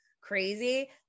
crazy